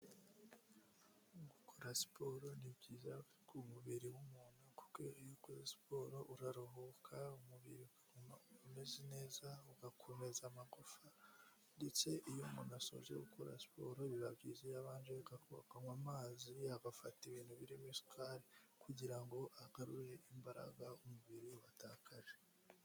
Gukora siporo ni byiza ku umubiri w'umuntu, kuko iyo ukoze siporo uraruhuka, umubiri ukaguma umeze neza, ugakomeza amagufa ndetse iyo umuntu asoje gukora siporo biba byiza iyo abanje akankwa amazi, agafata ibintu birimo isukari, kugira ngo agarure imbaraga umubiri watakaje.